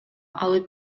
алып